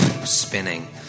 spinning